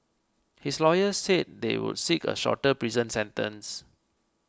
his lawyer said they would seek a shorter prison sentence